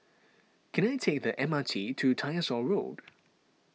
can I take the M R T to Tyersall Road